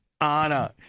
Anna